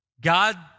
God